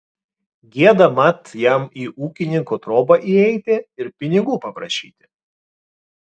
gėda mat jam į ūkininko trobą įeiti ir pinigų paprašyti